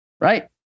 right